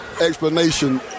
explanation